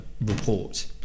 report